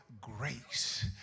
grace